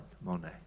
Monet